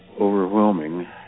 overwhelming